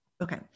okay